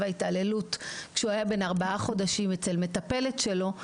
ההתעללות כשהוא היה בן ארבעה חודשים אצל מטפלת שלו,